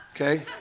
Okay